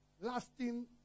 lasting